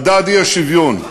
מדד האי-שוויון,